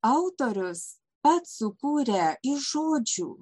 autorius pats sukūrė iš žodžių